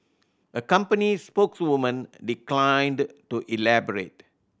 a company spokeswoman declined to elaborate